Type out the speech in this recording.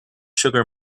sugar